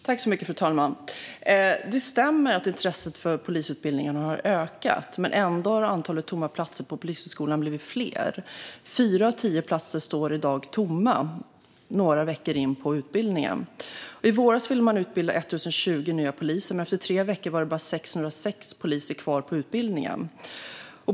Fru talman! Det stämmer att intresset för polisutbildningen har ökat. Ändå har antalet tomma platser på Polishögskolan blivit fler. Fyra av tio platser står tomma i dag, några veckor in på utbildningen. I våras ville man utbilda 1 020 nya poliser, men efter tre veckor var det bara 606 elever kvar på utbildningen.